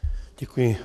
Děkuji.